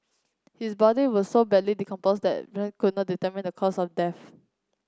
his body was so badly decomposed that could not determine the cause of death